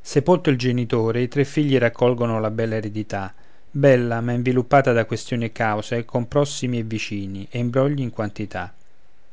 sepolto il genitore i tre figli raccolgono la bella eredità bella ma inviluppata da questioni e cause con prossimi e vicini e imbrogli in quantità